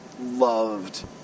loved